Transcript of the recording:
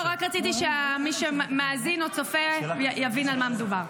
רק רציתי שמי שמאזין או צופה יבין על מה מדובר.